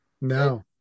No